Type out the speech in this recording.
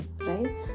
right